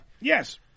Yes